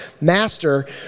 master